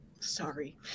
Sorry